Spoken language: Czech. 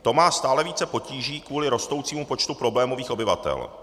To má stále více potíží kvůli rostoucímu počtu problémových obyvatel.